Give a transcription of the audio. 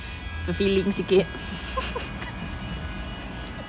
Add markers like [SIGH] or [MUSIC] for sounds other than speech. fer~ feeling sikit [LAUGHS]